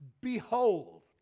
Behold